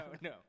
No